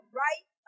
right